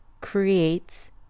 creates